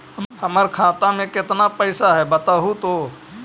हमर खाता में केतना पैसा है बतहू तो?